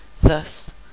Thus